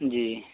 جی